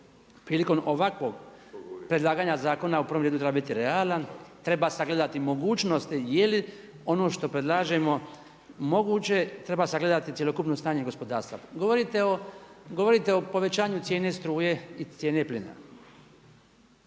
prilikom ovakvog predlaganja zakona u prvom redu treba biti realan, treba sagledati mogućnosti je li ono što predlažemo moguće, treba sagledati cjelokupno stanje gospodarstva. Govorite o povećanju cijene struje i cijene plina,